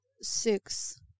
six